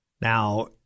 Now